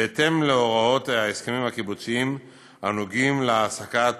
בהתאם להוראות ההסכמים הקיבוציים הנוגעים להעסקת